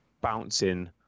bouncing